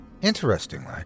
Interestingly